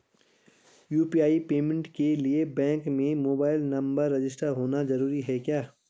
UPI payment के लिए bank में मोबाइल नंबर रजिस्टर्ड होना जरूरी है क्या?